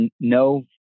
no